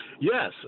Yes